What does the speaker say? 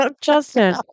Justin